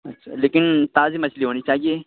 اچھا لیکن تازی مچھلی ہونی چاہیے